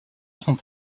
sans